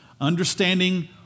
Understanding